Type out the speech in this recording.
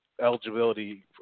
eligibility